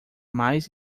mais